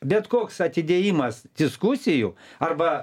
bet koks atidėjimas diskusijų arba